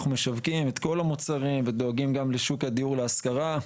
אנחנו משווקים את כל המוצרים ודואגים גם לשוק הדיור להשכרה.